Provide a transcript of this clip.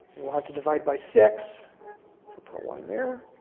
and we'll have to divide by six. put a one there.